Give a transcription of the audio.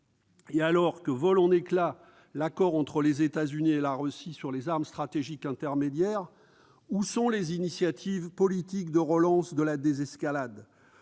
Alors que vole en éclats l'accord entre les États-Unis et la Russie sur les armes stratégiques intermédiaires, où sont les initiatives politiques de relance de la désescalade ?